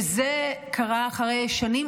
וזה קרה אחרי שנים